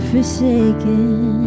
forsaken